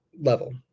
level